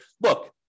look